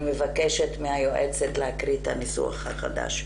אני מבקשת מהיועצת להקריא את הניסוח החדש.